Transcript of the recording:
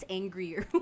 angrier